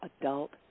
adult